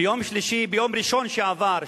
ביום שלישי ביום ראשון שעבר,